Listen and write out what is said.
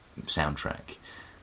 soundtrack